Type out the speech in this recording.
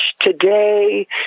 today